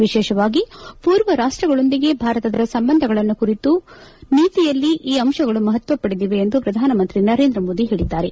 ವಿಶೇಷವಾಗಿ ಪೂರ್ವ ರಾಷ್ಸಗಳೊಂದಿಗೆ ಭಾರತದ ಸಂಬಂಧಗಳನ್ನು ಕುರಿತ ನೀತಿಯಲ್ಲಿ ಈ ಅಂಶಗಳು ಮಹತ್ವ ಪಡೆದಿವೆ ಎಂದು ಪ್ರಧಾನಮಂತ್ರಿ ನರೇಂದ್ರಮೋದಿ ಹೇಳಿದ್ಲಾರೆ